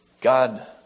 God